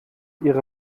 ihre